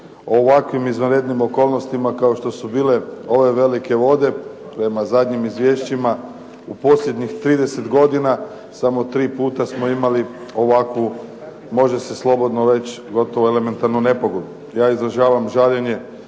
o ovako izvanrednim okolnostima kao što su bile ove velike vode. Prema zadnjim izvješćima u posljednjih 30 godina samo 3 puta smo imali ovakvu može se slobodno reći gotovo elementarnu nepogodu. Ja izražavam žaljenje